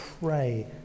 pray